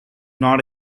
not